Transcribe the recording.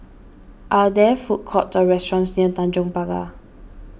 are there food courts or restaurants near Tanjong Pagar